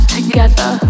Together